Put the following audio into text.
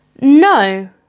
No